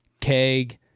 Keg